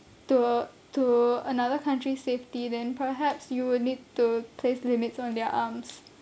to to another country's safety then perhaps you will need to place limits on their arms